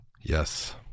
Yes